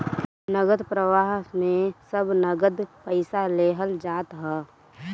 नगद प्रवाह में सब नगद पईसा लेहल जात हअ